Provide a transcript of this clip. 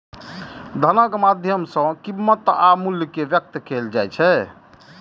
धनक माध्यम सं कीमत आ मूल्य कें व्यक्त कैल जाइ छै